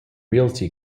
realty